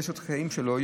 יש עוד קטעים שלא,